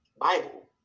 Bible